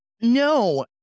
No